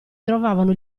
trovavano